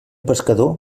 pescador